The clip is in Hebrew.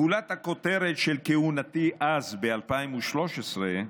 גולת הכותרת של כהונתי אז, ב-2013,